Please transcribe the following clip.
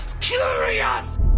curious